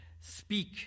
speak